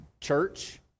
church